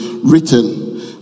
written